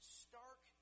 stark